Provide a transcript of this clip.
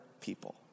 people